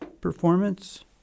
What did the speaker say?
performance